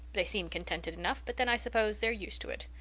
they seem contented enough but then, i suppose, they're used to it.